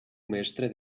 mestre